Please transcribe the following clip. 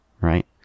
right